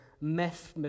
mess